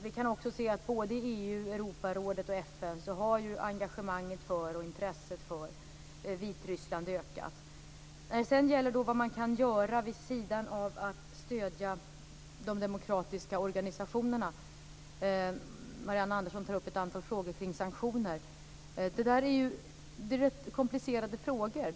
Vi kan också se att engagemanget och intresset för Vitryssland i EU, i Europarådet och i FN har ökat. En fråga är vad man kan göra vid sidan av att stödja de demokratiska organisationerna. Marianne Andersson tar upp ett antal frågor om sanktioner. Det är rätt komplicerade frågor.